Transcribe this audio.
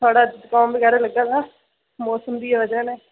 थोह्ड़ा जकाम बगैरा लग्गा दा मोसम दी बजह नै